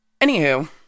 Anywho